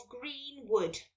Greenwood